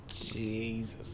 Jesus